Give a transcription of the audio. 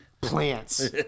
plants